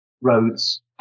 roads